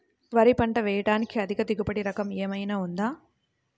వరి పంట వేయటానికి అధిక దిగుబడి రకం ఏమయినా ఉందా?